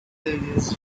ideas